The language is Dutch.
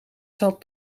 zal